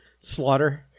slaughter